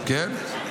כן?